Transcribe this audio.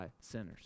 sinners